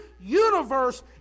universe